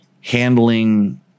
handling